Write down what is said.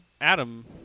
Adam